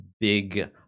big